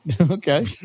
okay